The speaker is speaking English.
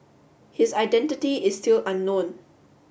his identity is still unknown